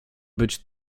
być